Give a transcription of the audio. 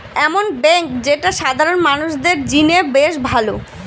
এমন বেঙ্ক যেটা সাধারণ মানুষদের জিনে বেশ ভালো